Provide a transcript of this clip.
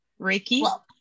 Reiki